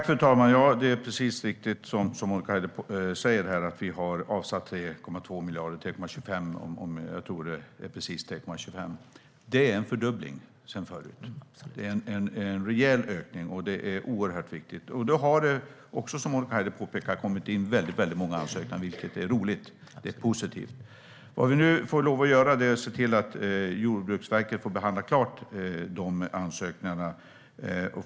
Fru talman! Det är riktigt som Monica Haider säger att regeringen har avsatt 3,25 miljarder. Det är en fördubbling sedan tidigare. Det är en rejäl ökning, och det är oerhört viktigt. Precis som Monica Haider påpekar har det kommit in många ansökningar, vilket är roligt. Det är positivt. Vi får nu se till att Jordbruksverket får behandla klart de ansökningarna.